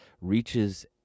reaches